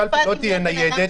הקלפי לא תהיה ניידת.